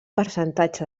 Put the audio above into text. percentatge